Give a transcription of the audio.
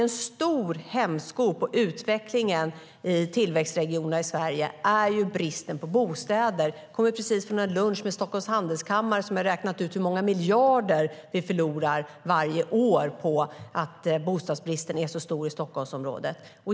En stor hämsko på utvecklingen i tillväxtregioner i Sverige är bristen på bostäder. Jag kommer precis från en lunch med Stockholms handelskammare, som har räknat ut hur många miljarder vi förlorar varje år på att bostadsbristen i Stockholmsområdet är så stor.